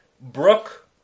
Brooke